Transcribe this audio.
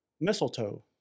Mistletoe